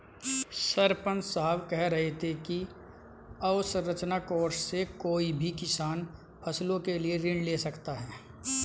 सरपंच साहब कह रहे थे कि अवसंरचना कोर्स से कोई भी किसान फसलों के लिए ऋण ले सकता है